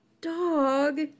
dog